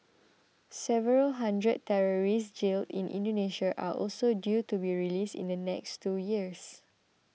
several hundred terrorists jailed in Indonesia are also due to be released in the next two years